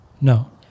No